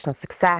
success